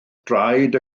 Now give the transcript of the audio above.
draed